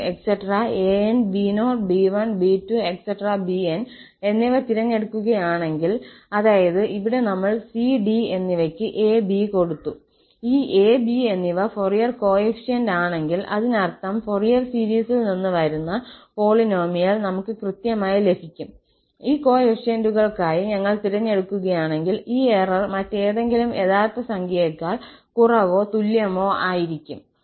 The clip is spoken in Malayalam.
bn എന്നിവ തിരഞ്ഞെടുക്കുകയാണെങ്കിൽ അതായത് ഇവിടെ നമ്മൾ cd എന്നിവയ്ക്ക് a b കൊടുത്തു ഈ a b എന്നിവ ഫൊറിയർ കോഎഫിഷ്യന്റ് ആണെങ്കിൽ അതിനർത്ഥം ഫൊറിയർ സീരീസിൽ നിന്ന് വരുന്ന പോളിനോമിയൽ നമുക്ക് കൃത്യമായി ലഭിക്കും ഈ കോഫിഫിഷ്യന്റുകൾക്കായി ഞങ്ങൾ തിരഞ്ഞെടുക്കുകയാണെങ്കിൽ ഈ എറർ മറ്റേതെങ്കിലും യഥാർത്ഥ സംഖ്യയേക്കാൾ കുറവോ തുല്യമോ ആയിരിക്കും